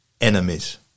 enemies